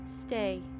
Stay